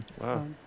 Wow